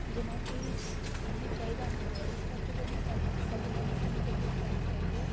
ਜਿੰਨਾ ਕਿ ਸਾਨੂੰ ਚਾਹੀਦਾ ਹੁੰਦਾ ਹੈ ਇਸ ਕਰਕੇ ਜਿਹੜੀਆਂ ਤਾਜ਼ ਸਬਜ਼ੀਆਂ ਨੇ ਸਾਨੂੰ ਕੋਸ਼ਿਸ਼ ਕਰਨੀ ਚਾਹੀਦੀ ਹੈ